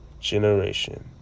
generation